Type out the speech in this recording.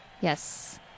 Yes